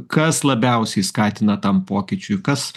kas labiausiai skatina tam pokyčiui kas